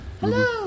Hello